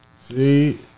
See